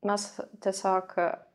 mes tiesiog